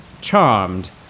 Charmed